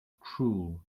cruel